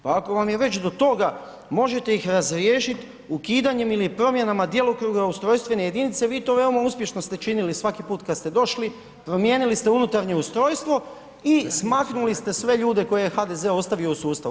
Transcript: Pa ako vam je već do toga, možete ih razriješiti ukidanjem ili promjenama djelokruga ustrojstvene jedinice, vi to veoma uspješno ste činili svaki put kad ste došli, promijenili ste unutarnje ustrojstvo i smaknuli ste sve ljude koje je HDZ ostavio u sustavu.